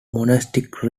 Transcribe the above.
monastic